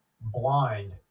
blind